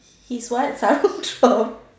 he's what sarong drop